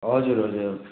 हजुर हजुर